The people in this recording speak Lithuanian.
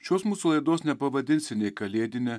šios mūsų laidos nepavadinsi nei kalėdine